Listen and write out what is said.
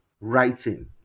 writing